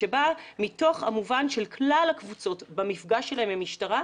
שבא מתוך המובן של כלל הקבוצות במפגש שלהם עם המשטרה,